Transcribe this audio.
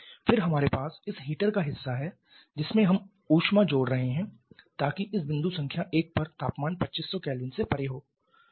फिर हमारे पास इस हीटर का हिस्सा है जिसमें हम ऊष्मा जोड़ रहे हैं ताकि इस बिंदु संख्या 1 पर तापमान 2500 K से परे हो